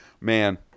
man